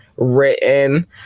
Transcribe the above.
written